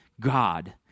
God